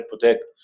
protect